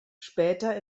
später